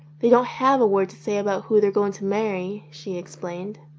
they don't have a word to say about who they're going to marry, she explained.